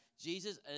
Jesus